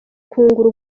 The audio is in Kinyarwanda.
kungura